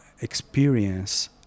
experience